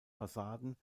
fassaden